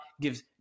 gives